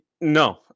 No